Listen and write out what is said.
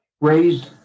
raised